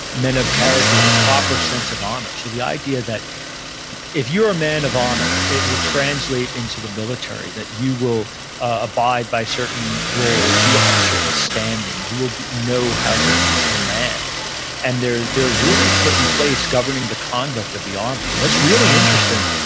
men of character with a proper sense of honor, so the idea that if you're a man of honor, it will translate into the military, that you will abide by certain rules, you will have a certain standing, you will know how to command and there are rules put in place governing the conduct of the army, and what's really interesting,